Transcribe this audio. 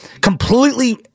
completely